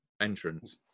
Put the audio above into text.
entrance